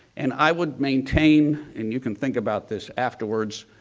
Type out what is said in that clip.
and i would maintain, and you can think about this afterwards,